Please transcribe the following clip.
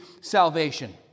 salvation